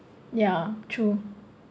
ya true